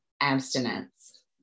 abstinence